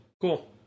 Cool